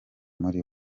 muri